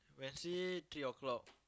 Wednesday three o-clock